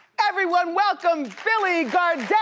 everyone welcome billy gardell.